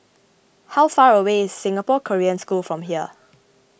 how far away is Singapore Korean School from here